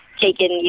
taken